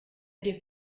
dir